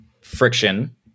friction